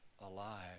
alive